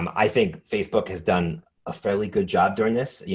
um i think facebook has done a fairly good job during this. yeah